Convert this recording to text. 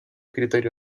criterio